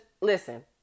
listen